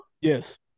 Yes